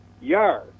yard